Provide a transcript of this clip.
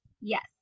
Yes